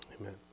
Amen